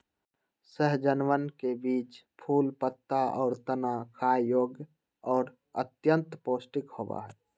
सहजनवन के बीज, फूल, पत्ता, और तना खाय योग्य और अत्यंत पौष्टिक होबा हई